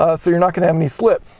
ah so you're not going to have any slip.